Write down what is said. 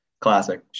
Classic